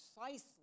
precisely